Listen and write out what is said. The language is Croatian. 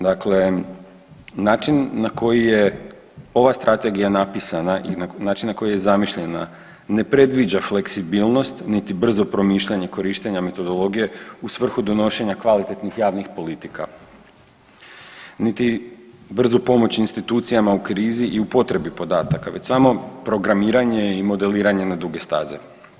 Dakle, način na koji je ova strategija napisana i način na koji je zamišljena ne predviđa fleksibilnost, niti brzo promišljanje korištenja metodologije u svrhu donošenja kvalitetnih javnih politika, niti brzu pomoć institucijama u krizi i u potrebi podataka već samo programiranje i modeliranje na duge staze.